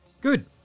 Good